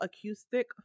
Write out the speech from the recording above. acoustic